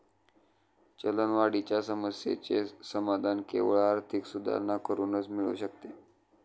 चलनवाढीच्या समस्येचे समाधान केवळ आर्थिक सुधारणा करूनच मिळू शकते